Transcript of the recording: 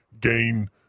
gain